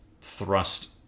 thrust